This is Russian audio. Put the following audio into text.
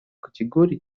категорий